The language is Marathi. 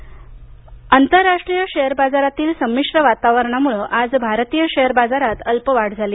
शेअर बाजार आंतरारष्ट्रीय शेअर बाजारातील संमिश्र वातावरणामुळं आज भारतीय शेअर बाजारात अल्पशी वाढ झाली